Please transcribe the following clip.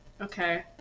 Okay